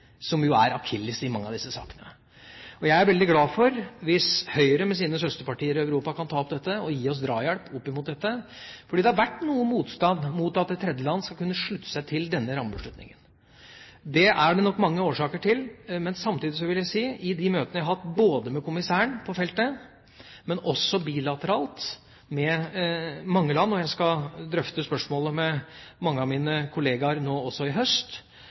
som jo er en akilleshæl i mange av disse sakene. Jeg er glad hvis Høyre, med sine søsterpartier i Europa, kan ta opp dette og gi oss drahjelp opp mot dette, fordi det har vært noe motstand mot at et tredjeland skal kunne slutte seg til denne rammebeslutningen. Det er det nok mange årsaker til. Men samtidig vil jeg si: I de møtene jeg har hatt både med kommissæren på feltet og også bilateralt med mange land – og jeg skal drøfte spørsmålet med mange av mine kollegaer også nå i høst